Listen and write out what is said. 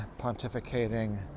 pontificating